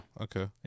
Okay